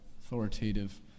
authoritative